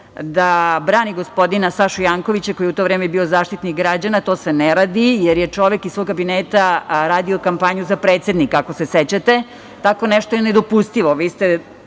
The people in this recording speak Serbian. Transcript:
da brani gospodina Sašu Jankovića, koji je u to vreme bio Zaštitnik građana, to se ne radi, jer je čovek iz svog kabineta radio kampanju za predsednika, ako se sećate, tako nešto je nedopustivo.